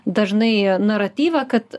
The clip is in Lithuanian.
dažnai naratyvą kad